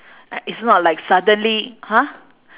uh it's not suddenly !huh!